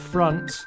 Front